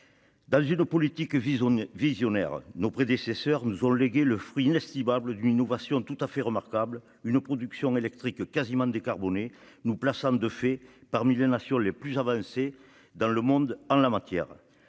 Dans une politique visionnaire, nos prédécesseurs nous ont légué le fruit inestimable d'une innovation tout à fait remarquable, une production électrique quasiment décarbonée, nous plaçant de fait parmi les nations les plus avancées du monde en la matière.